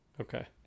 Okay